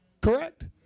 Correct